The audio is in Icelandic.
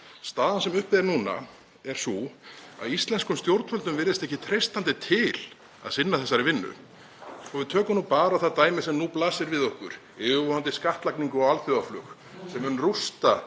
Staðan sem uppi er núna er sú að íslenskum stjórnvöldum virðist ekki treystandi til að sinna þessari vinnu. Svo að við tökum nú bara það dæmi sem nú blasir við okkur, yfirvofandi skattlagningu á alþjóðaflug sem mun rústa